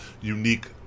unique